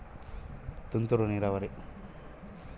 Coffee ತೋಟಕ್ಕೆ ಉಪಯುಕ್ತವಾದ ನೇರಾವರಿ ವಿಧಾನ ಯಾವುದು?